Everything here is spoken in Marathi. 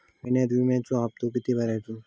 महिन्यात विम्याचो हप्तो किती भरायचो?